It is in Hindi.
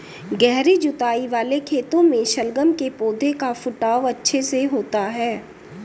गहरी जुताई वाले खेतों में शलगम के पौधे का फुटाव अच्छे से होता है